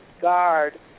guard